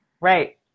Right